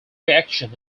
reaction